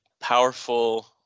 powerful